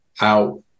out